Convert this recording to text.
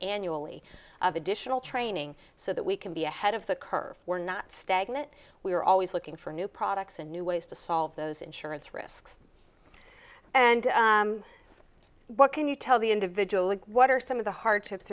annually of additional training so that we can be ahead of the curve we're not stagnant we're always looking for new products and new ways to solve those insurance risks and what can you tell the individual and what are some of the hard